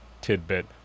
tidbit